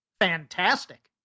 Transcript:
fantastic